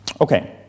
Okay